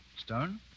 Stone